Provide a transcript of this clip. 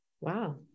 Wow